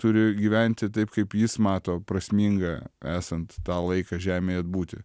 turi gyventi taip kaip jis mato prasmingą esant tą laiką žemėje atbūti